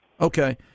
okay